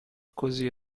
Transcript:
così